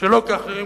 שלא כאחרים,